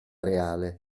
reale